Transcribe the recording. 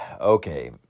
Okay